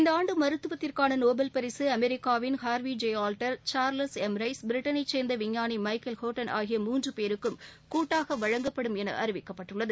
இந்த ஆண்டு மருத்துவத்திற்கான நோபல் பரிசு அமெரிக்காவின் Harvey J Alter Charles M Rice பிரிட்டனை சேர்ந்த விஞ்ஞானி மைக்கேல் ஹோட்டன் ஆகிய முன்று பேருக்கும் கூட்டாக வழங்கப்படும் என அறிவிக்கப்பட்டுள்ளது